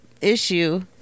issue